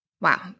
wow